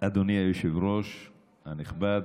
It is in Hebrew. אדוני היושב-ראש הנכבד,